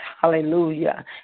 hallelujah